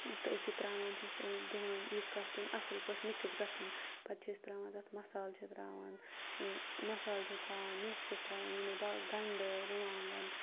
تہٕ أکیٛاہ تٛراوان چھُس دِوان ییٖتِس کالَس تِم اَصٕل پٲٹھۍ مِکٕس گژھن پَتہٕ چھِ أسۍ ترٛاوان تَتھ مصالہٕ چھِ ترٛاوان مصالہٕ چھِ ترٛاوان میٚتھ چھِس ترٛاوان یِمَے با گَںٛڈٕ رُوانٛگَن